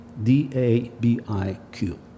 D-A-B-I-Q